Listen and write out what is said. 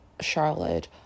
charlotte